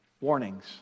warnings